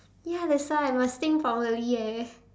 ya that's why must think properly eh